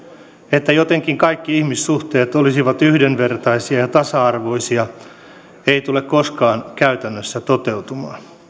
että jotenkin kaikki ihmissuhteet olisivat yhdenvertaisia ja tasa arvoisia ei tule koskaan käytännössä toteutumaan